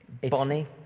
Bonnie